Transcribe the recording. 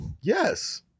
Yes